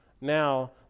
now